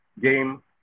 game